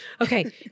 Okay